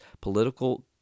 political